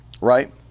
right